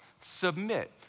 submit